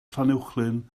llanuwchllyn